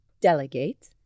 delegate